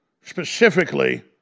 specifically